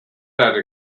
that